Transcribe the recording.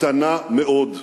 קטנה מאוד.